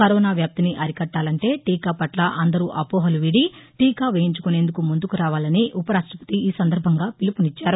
corona వ్యాప్తిని అరికట్టాలంటే టీకా పట్ల అందరు అపోహలు వీడిటీకా వేయించుకునేందుకు ముందుకు రావాలని ఉపరాష్టపతి ఈ సందర్భంగా పిలుపునిచ్చారు